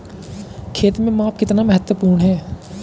खेत में माप कितना महत्वपूर्ण है?